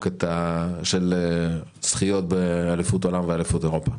של זכיות באליפות עולם ואליפות אירופה.